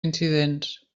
incidents